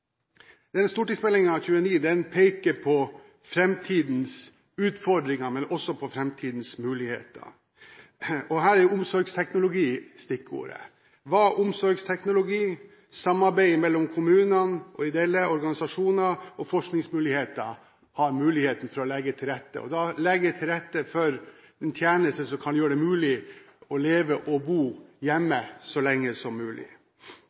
Denne stortingsmeldingen peker på framtidens utfordringer, men også på framtidens muligheter. Her er «omsorgsteknologi» et stikkord – hvordan omsorgsteknologi, samarbeid mellom kommuner og ideelle organisasjoner og forskningsmuligheter kan legge til rette for en tjeneste som kan gjøre det mulig å leve og bo hjemme så lenge som mulig.